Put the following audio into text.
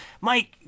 Mike